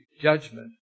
judgment